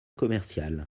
commercial